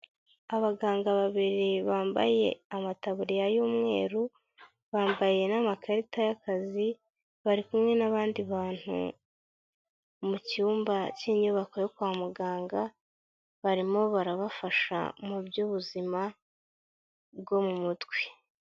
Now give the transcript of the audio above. Abaganga babiri bambaye amatabuririya y'umweru, bambaye n'amakarita y'akazi, bari kumwe n'abandi bantu mu cyumba cy'inyubako yo kwa muganga, barimo barabafasha mu by'ubuzima bwo mu mutwe.